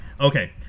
okay